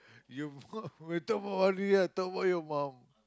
you we talk about money ah talk about your mum